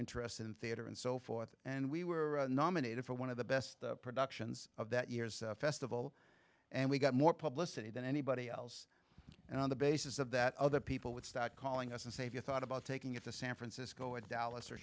interested in theatre and so forth and we were nominated for one of the best productions of that year's festival and we got more publicity than anybody else and on the basis of that other people would start calling us and say if you thought about taking it to san francisco at dallas or